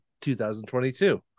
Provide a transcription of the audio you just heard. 2022